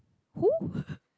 who